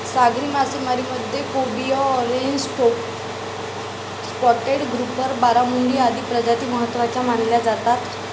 सागरी मासेमारीमध्ये cobia, orange spotted grouper, barramundi आदी प्रजाती महत्त्वाच्या मानल्या जातात